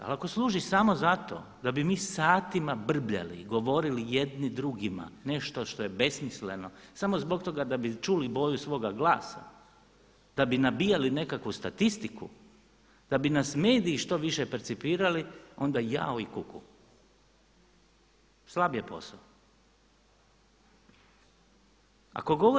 Ali ako služi samo zato da bi mi satima brbljali i govorili jedni drugima nešto što je besmisleno samo zbog toga da bi čuli boju svoga glasa, da bi nabijali neku statistiku, da bi nas mediji što više percipirali ona jao i kuku, slab je posao.